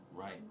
Right